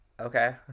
okay